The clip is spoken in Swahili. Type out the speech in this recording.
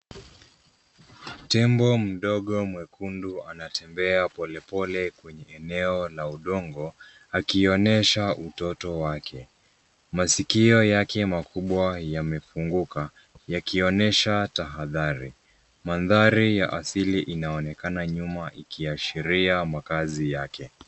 Tembo mdogo mwekundu anatembea polepole kwenye eneo la udongo, akionyesha utoto wake. Masikio yake makubwa yamefunguka, yakionyesha tahadhari. Mandhari ya asili inaonekana nyuma ikiashiria makazi yake.